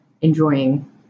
enjoying